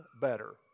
better